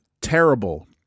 terrible